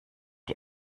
die